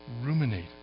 Ruminate